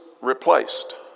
replaced